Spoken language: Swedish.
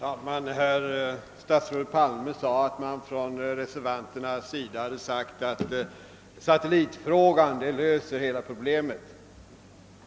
Herr talman! Herr statsrådet Palme sade att reservanterna hävdat att satellitfrågan löser hela problemet.